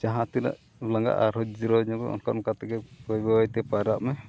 ᱡᱟᱦᱟᱸ ᱛᱤᱱᱟᱹᱜ ᱞᱟᱸᱜᱟᱜᱼᱟ ᱟᱨᱦᱚᱸ ᱡᱤᱨᱟᱹᱣ ᱧᱚᱜᱼᱟ ᱚᱱᱠᱟ ᱚᱱᱠᱟ ᱛᱮᱜᱮ ᱵᱟᱹᱭ ᱵᱟᱹᱭᱛᱮ ᱯᱟᱭᱨᱟᱜ ᱢᱮ